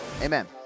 amen